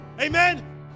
Amen